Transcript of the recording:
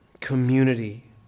community